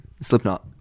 Slipknot